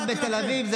גירעוניים והכול.